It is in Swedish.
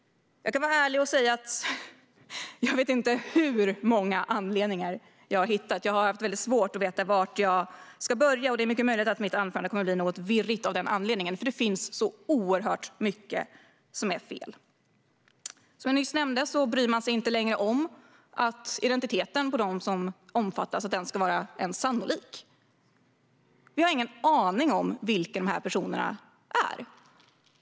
Jag ska vara ärlig och säga att jag inte vet hur många anledningar jag har hittat - det är svårt att veta var jag ska börja, och det är mycket möjligt att mitt anförande kommer att bli något virrigt av den anledningen, för det finns så oerhört mycket som är fel. Som jag nyss nämnde bryr man sig inte längre om att identiteten på dem som omfattas ens ska vara sannolik. Vi har ingen aning om vilka dessa personer är.